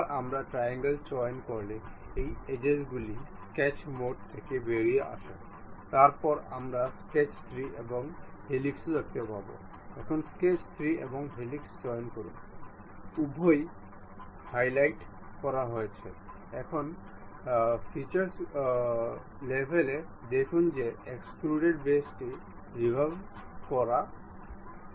আমরা এখানে angle limit দেখতে পারি